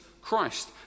Christ